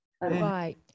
right